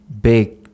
big